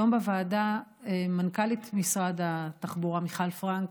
היום בוועדה מנכ"לית משרד התחבורה מיכל פרנק,